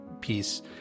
piece